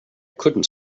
couldn’t